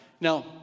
now